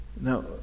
Now